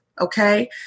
Okay